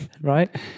right